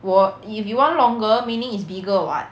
我 if you want longer meaning is bigger what